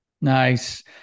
Nice